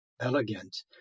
elegant